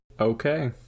Okay